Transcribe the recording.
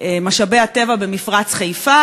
ממשאבי הטבע במפרץ חיפה,